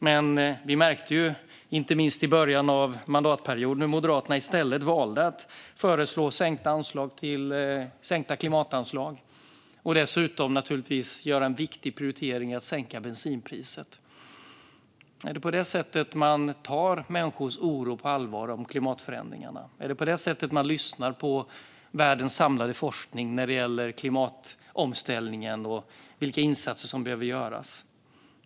Men inte minst i början av mandatperioden märkte vi att Moderaterna i stället valde att föreslå sänkta klimatanslag. Dessutom gjorde de en viktig prioritering när det gäller att sänka bensinpriset. Är det på det sättet man tar människors oro över klimatförändringarna på allvar? Är det på det sättet man lyssnar på världens samlade forskning när det gäller klimatomställningen och vilka insatser som behöver göras?